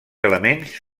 elements